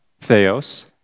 theos